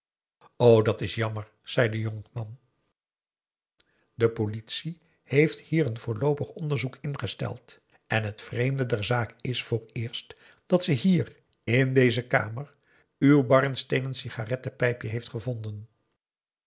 dat is jammer zei de jonkman de politie heeft hier een voorloopig onderzoek ingesteld en het vreemde der zaak is vooreerst dat ze hier in deze kamer uw barnsteenen sigarettenpijpje heeft gevonden